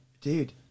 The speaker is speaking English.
Dude